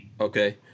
Okay